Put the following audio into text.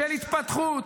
של התפתחות,